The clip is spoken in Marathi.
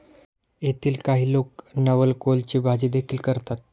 येथील काही लोक नवलकोलची भाजीदेखील करतात